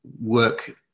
work